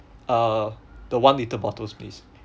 uh the one litre bottles please